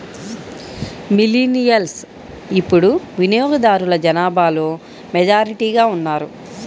millennials ఇప్పుడు వినియోగదారుల జనాభాలో మెజారిటీగా ఉన్నారు